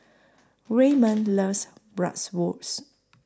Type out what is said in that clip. Waymon loves Bratwurst